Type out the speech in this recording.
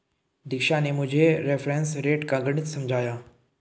दीक्षा ने मुझे reference rate का गणित समझाया